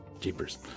jeepers